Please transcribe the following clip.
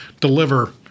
deliver